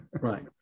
right